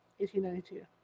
1892